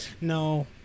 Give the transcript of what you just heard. No